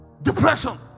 depression